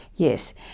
Yes